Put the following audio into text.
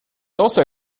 also